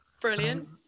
Brilliant